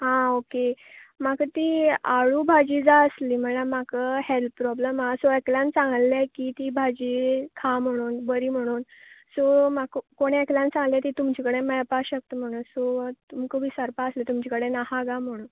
आं ओके म्हाका ती आळू भाजी जाय आसली म्हळ्यार म्हाका हेल्थ प्रोब्लम आहा सो एकल्यान सांगलेले की ही भाजी खा म्हणून बरी म्हणून सो म्हाका कोणी एकल्यान सांगलेले की तुमचे कडेन मेळपा शकता म्हणून सो तुमका विचारपा आसलें तुमचे कडेन आहा काय म्हूण